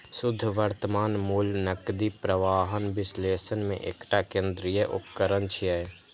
शुद्ध वर्तमान मूल्य नकदी प्रवाहक विश्लेषण मे एकटा केंद्रीय उपकरण छियै